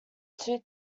two